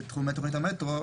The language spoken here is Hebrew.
"בתחומי תוכנית המטרו".